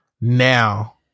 now